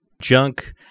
junk